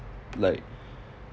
like